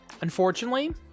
unfortunately